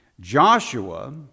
Joshua